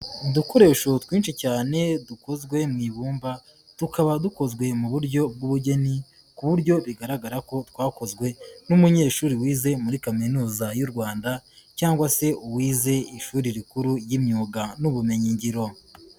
Udukoresho twinshi cyane dukozwe mu ibumba, tukaba dukozwe mu buryo bw'ubugeni ku buryo bigaragara ko twakozwe n'umunyeshuri wize muri Kaminuza y'u Rwanda cyangwa se uwize ishuri rikuru ry'imyuga n'ubumenyingiro.